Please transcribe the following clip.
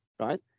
Right